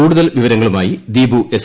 കൂടുതൽ വിവരങ്ങളുമായി ദീപു എസ്